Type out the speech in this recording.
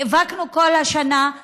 נאבקנו כל השנה,